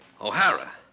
O'Hara